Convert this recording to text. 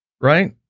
right